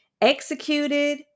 executed